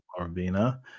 Arvina